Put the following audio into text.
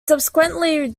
subsequently